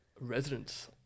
Residents